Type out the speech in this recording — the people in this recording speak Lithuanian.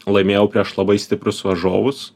laimėjau prieš labai stiprius varžovus